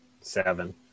seven